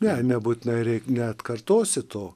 ne nebūtinai ir neatkartosi to